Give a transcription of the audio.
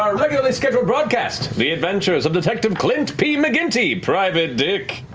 ah regularly scheduled broadcast, the adventures of detective clint p. mcginty, private dick.